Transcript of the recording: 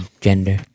gender